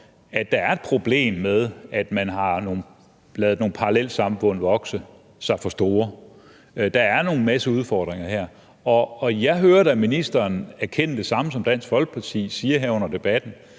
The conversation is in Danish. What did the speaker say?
at der er et problem med, at man har ladet nogle parallelsamfund vokse sig for store – der er en masse udfordringer her. Og jeg hører da ministeren erkende det samme, som Dansk Folkeparti siger, her under debatten,